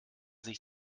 sich